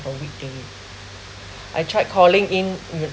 per week only I tried calling in but